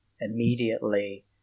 immediately